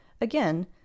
Again